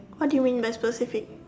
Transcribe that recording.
what do you mean by specific